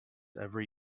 every